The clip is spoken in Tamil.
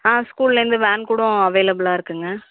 ஆ ஸ்கூல்லேருந்து வேன் கூடவும் அவைளபுலாக இருக்குதுங்க